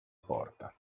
porta